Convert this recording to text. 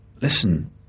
listen